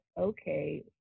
okay